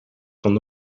van